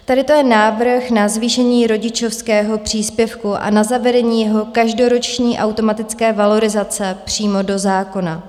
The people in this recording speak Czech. Je to návrh na zvýšení rodičovského příspěvku a na zavedení jeho každoroční automatické valorizace přímo do zákona.